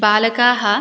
बालकाः